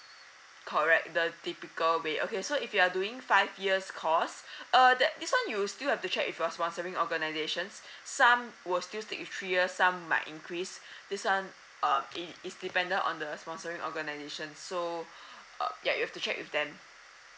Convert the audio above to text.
correct the typical way okay so if you are doing five years course err that this [one] you'll still have to check with your sponsoring organisation some will still stick with three years some might increase this [one] uh it~ it's dependent on the sponsoring organisation so err ya you have to check with them